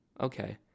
okay